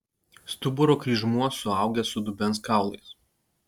stuburo kryžmuo suaugęs su dubens kaulais